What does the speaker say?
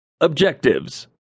Objectives